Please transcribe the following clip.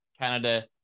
canada